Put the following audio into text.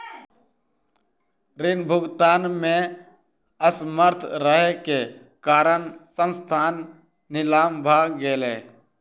ऋण भुगतान में असमर्थ रहै के कारण संस्थान नीलाम भ गेलै